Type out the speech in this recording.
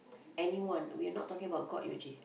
anyone we are not talking about god Yuji